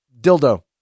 dildo